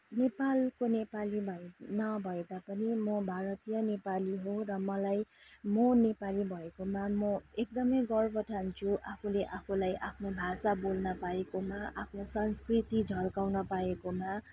नेपालको नेपाली न नभए तापनि म भारतीय नेपाली हुँ र मलाई म नेपाली भएकोमा म एकदमै गर्व ठान्छु आफूले आफूलाई आफ्नो भाषा बोल्न पाएकोमा आफ्नो संस्कृति झल्काउन पाएकोमा